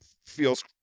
feels